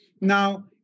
Now